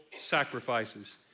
sacrifices